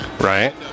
Right